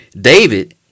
David